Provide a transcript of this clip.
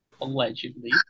allegedly